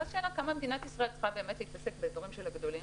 ואז השאלה היא כמה מדינת ישראל צריכה להתעסק באזורים של הגדולים.